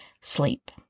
sleep